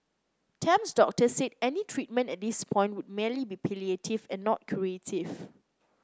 Tam's doctor said any treatment at this point would merely be palliative and not curative